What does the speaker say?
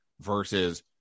versus